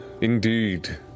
Indeed